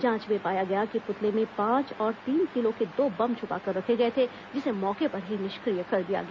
जांच में पाया गया कि पुतले में पांच और तीन किलो के दो बम छुपाकर रखे गए थे जिसे मौके पर ही निष्क्रिय कर दिया गया